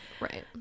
Right